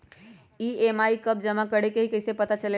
EMI कव जमा करेके हई कैसे पता चलेला?